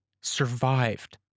survived